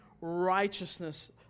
righteousness